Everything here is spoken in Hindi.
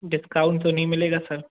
डिस्काउंट तो नहीं मिलेगा सर